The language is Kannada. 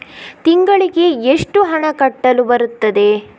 ತಿಂಗಳಿಗೆ ಎಷ್ಟು ಹಣ ಕಟ್ಟಲು ಬರುತ್ತದೆ?